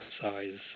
size